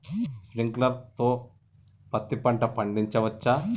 Sprinkler తో పత్తి పంట పండించవచ్చా?